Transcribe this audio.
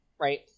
right